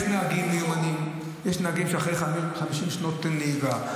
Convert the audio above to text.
יש נהגים מיומנים אחרי 50 שנות נהיגה,